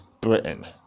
Britain